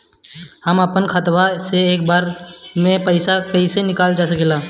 हम आपन खतवा से एक बेर मे केतना पईसा निकाल सकिला?